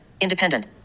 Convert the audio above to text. independent